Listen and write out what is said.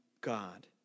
God